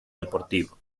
deportivo